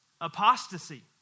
Apostasy